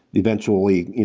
eventually,